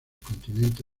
continente